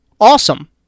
Awesome